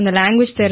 language